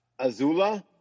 Azula